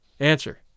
Answer